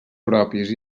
propis